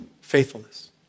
Faithfulness